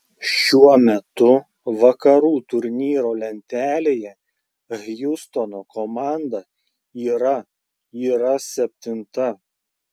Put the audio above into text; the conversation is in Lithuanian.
šiuo metu vakarų turnyro lentelėje hjustono komanda yra yra septinta